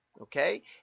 Okay